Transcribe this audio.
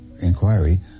inquiry